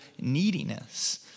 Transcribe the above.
neediness